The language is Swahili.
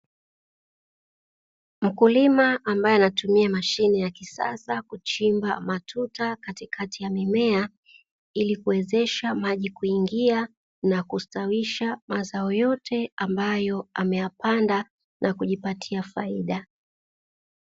Mkulima ambaye anatumia mashine ya kisasa kuchimba matuta katikati ya mimea, ili kuwezesha maji kuingia na kustawisha mazao yote ambayo ameyapanda na kujipatia faida.